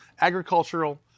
agricultural